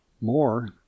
More